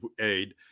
aid